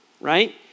right